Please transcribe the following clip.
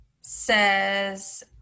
says